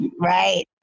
right